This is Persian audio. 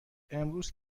امروز